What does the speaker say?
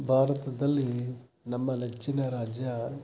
ಭಾರತದಲ್ಲಿ ನಮ್ಮ ನೆಚ್ಚಿನ ರಾಜ್ಯ